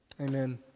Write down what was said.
Amen